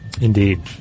Indeed